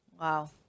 Wow